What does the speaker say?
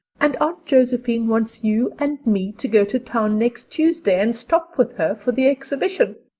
and aunt josephine wants you and me to go to town next tuesday and stop with her for the exhibition.